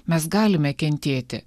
mes galime kentėti